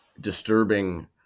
disturbing